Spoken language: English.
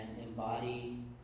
embody